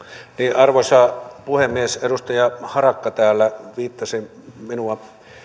arvoisa puhemies edustaja harakka täällä viittasi